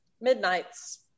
midnight's